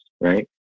right